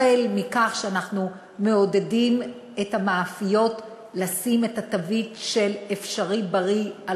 החל בעידוד המאפיות לשים את התווית של "אפשריבריא" על